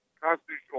constitutional